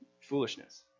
foolishness